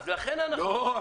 לכן אנחנו --- לא.